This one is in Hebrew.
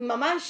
ממש